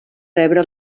rebre